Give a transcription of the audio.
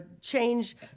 change